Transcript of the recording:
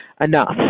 enough